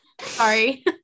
sorry